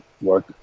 work